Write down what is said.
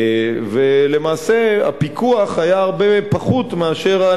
למעשה הפיקוח היה הרבה פחות מאשר,